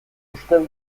uste